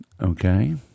Okay